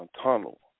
tunnel